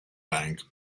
bank